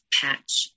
patch